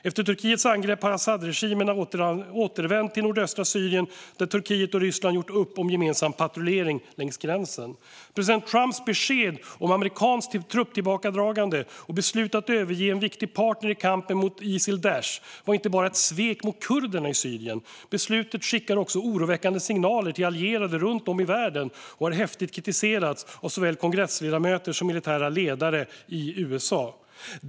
Efter Turkiets angrepp har al-Asads regim återvänt till nordöstra Syrien, där Turkiet och Ryssland gjort upp om gemensam patrullering längs gränsen. President Trumps besked om amerikanskt trupptillbakadragande och beslutet att överge en viktig partner i kampen mot IS, eller Daish, var inte bara ett svek mot kurderna i Syrien. Beslutet skickar också oroväckande signaler till allierade runt om i världen och har häftigt kritiserats av såväl kongressledamöter som militära ledare i USA.